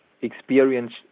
experience